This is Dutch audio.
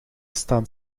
staan